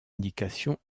indication